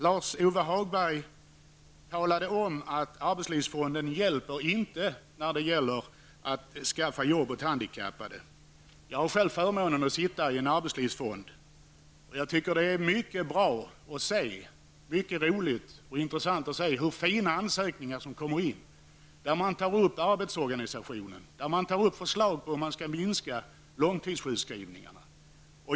Lars-Ove Hagberg talade om att arbetslivsfonden inte hjälper när det gäller att skaffa jobb åt handikappade. Jag har själv förmånen att sitta i en arbetslivsfond. Jag tycker att det är mycket bra, roligt och intressant att se de fina ansökningar som kommer in, där man tar upp arbetsorganisationen och förslag till hur man skall minska långtidssjukskrivningarna.